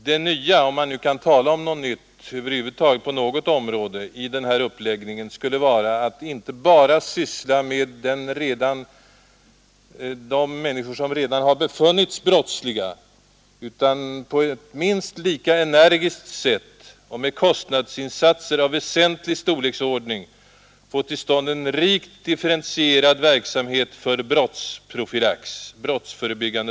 Det nya, om man nu kan tala om något nytt över huvud taget på något område, i den här uppläggningen, skulle vara att inte bara syssla med de människor som redan har befunnits brottsliga, utan på ett minst lika energiskt sätt och med kostnadsinsatser av väsentlig storleksordning få till stånd en rikt differentierad verksamhet för brottsprofylax.